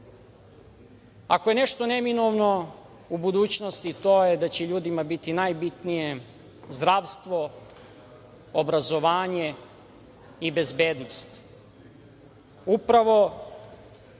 je nešto neminovno u budućnosti, to je da će ljudima biti najbitnije zdravstvo, obrazovanje i bezbednost. Upravo